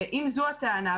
ואם זו הטענה,